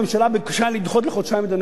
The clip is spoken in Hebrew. אם הממשלה ביקשה לדחות בחודשיים,